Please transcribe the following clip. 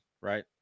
right